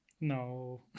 No